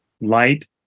light